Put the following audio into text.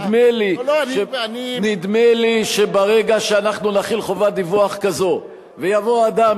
נדמה לי שברגע שאנחנו נחיל חובת דיווח כזאת ויבוא אדם,